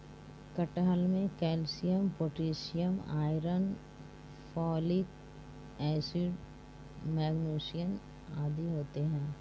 कटहल में calcium potassium iron folic acid magnesium आदि होते हैं